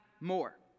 more